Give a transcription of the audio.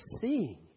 seeing